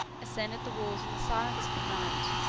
ascended the walls in the silence of the night,